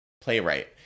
playwright